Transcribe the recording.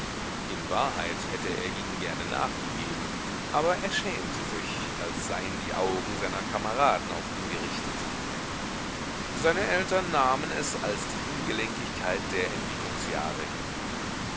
in wahrheit hätte er ihnen gerne nachgegeben aber er schämte sich als seien die augen seiner kameraden auf ihn gerichtet seine eltern nahmen es als die ungelenkigkeit der entwicklungsjahre hin